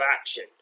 action